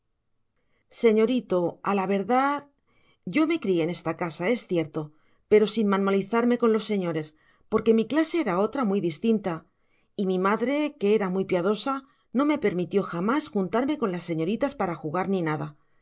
señorito a la verdad yo me crié en esta casa es cierto pero sin manualizarme con los señores porque mi clase era otra muy distinta y mi madre que era muy piadosa no me permitió jamás juntarme con las señoritas para jugar ni nada